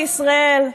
לישראל,